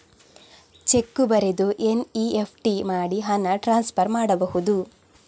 Check ಬರೆದು NEFT ಮಾಡಿ ಹಣ ಟ್ರಾನ್ಸ್ಫರ್ ಮಾಡಬಹುದು?